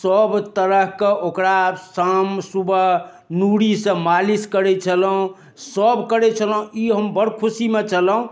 सब तरह कऽ ओकरा शाम सुबह नूरीसँ मालिश करैत छलहुँ सब करैत छलहुँ ई हम बड़ खुशीमे छलहुँ